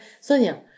Sonia